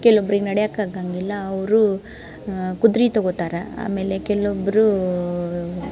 ಕೆಲೊಬ್ರಿಗೆ ನಡಿಯಕ್ಕ ಆಗಂಗಿಲ್ಲ ಅವರು ಕುದ್ರೆ ತಗೊತಾರೆ ಆಮೇಲೆ ಕೆಲ್ವೊಬ್ರು